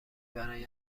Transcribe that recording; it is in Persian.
برای